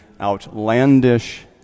outlandish